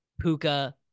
puka